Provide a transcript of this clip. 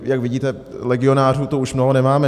Jak vidíte, legionářů tu už mnoho nemáme.